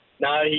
No